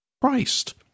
Christ